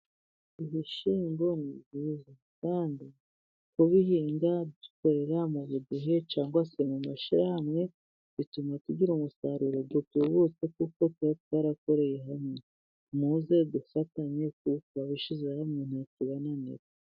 Ibishyingo ni byiza, kandi kubihinga dukorera mu budehe cyangwa se mu mashyirahamwe. Bituma tugira umusaruro utubutse, kuko tuba twarakoreye hamwe. Muze dufatanye kuko abishyize hamwe nta kibananira.